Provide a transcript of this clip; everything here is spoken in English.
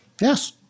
Yes